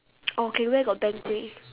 okay where got banquet